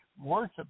worship